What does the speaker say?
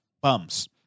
Bums